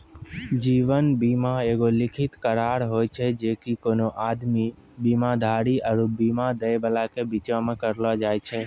जीवन बीमा एगो लिखित करार होय छै जे कि कोनो आदमी, बीमाधारी आरु बीमा दै बाला के बीचो मे करलो जाय छै